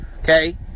okay